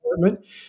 department